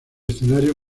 escenario